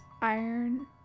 iron